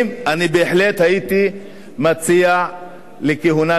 בהחלט הייתי מציע כהונה נוספת.